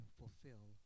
fulfill